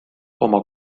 oma